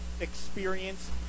experience